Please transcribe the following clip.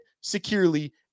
securely